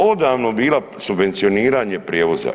Odavno je bilo subvencioniranje prijevoza.